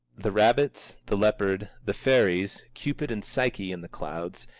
the rabbits, the leopard, the fairies, cupid and psyche in the clouds,